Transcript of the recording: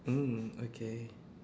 mm okay